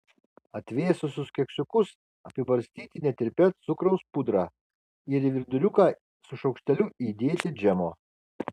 atvėsusius keksiukus apibarstyti netirpia cukraus pudra ir į viduriuką su šaukšteliu įdėti džemo